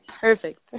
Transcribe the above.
Perfect